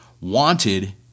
Wanted